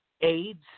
AIDS